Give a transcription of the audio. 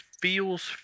feels